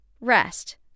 Rest